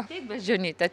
ateik beždžionyte